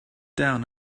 down